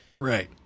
Right